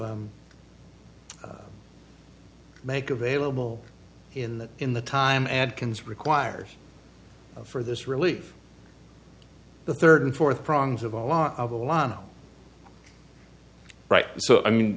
to make available in that in the time adkins requires for this relief the third and fourth prongs of a lot of the law right so i mean